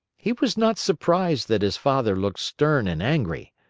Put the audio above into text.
he was not surprised that his father looked stern and angry.